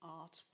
art